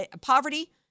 poverty